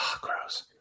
gross